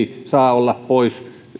saa olla pois